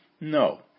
No